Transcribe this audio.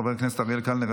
חבר הכנסת אריאל קלנר,